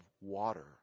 water